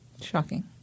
Shocking